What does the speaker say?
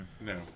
No